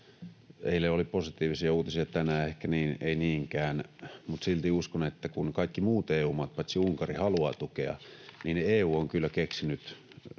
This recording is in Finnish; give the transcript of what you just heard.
Eilen oli positiivisia uutisia, tänään ehkä ei niinkään, mutta silti uskon, että kun kaikki muut EU-maat paitsi Unkari haluavat tukea, niin EU on kyllä keksinyt